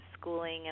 schooling